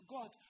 God